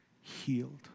healed